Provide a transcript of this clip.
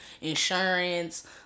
insurance